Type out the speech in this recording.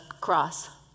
cross